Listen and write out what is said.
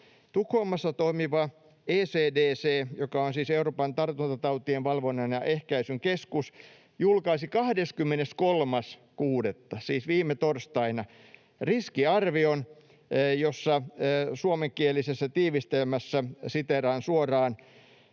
Tukholmassa toimiva ECDC, joka on siis Euroopan tartuntatautien valvonnan ja ehkäisyn keskus, julkaisi 23.6., siis viime torstaina, riskiarvion, jonka suomenkielistä tiivistelmää siteeraan suoraan: